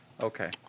Okay